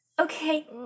Okay